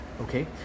okay